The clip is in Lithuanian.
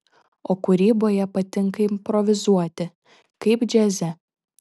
o kūryboje patinka improvizuoti kaip džiaze